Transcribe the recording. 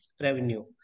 revenue